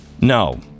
no